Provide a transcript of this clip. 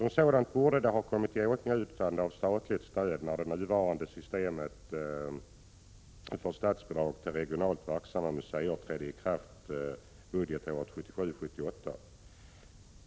Museet borde ha kommit i åtnjutande av statligt stöd när det nuvarande systemet för statsbidrag till regional verksamhet trädde i kraft budgetåret 1977/78.